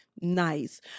nice